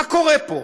מה קורה פה?